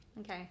Okay